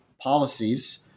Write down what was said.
policies